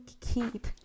keep